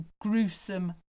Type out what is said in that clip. gruesome